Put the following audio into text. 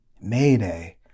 Mayday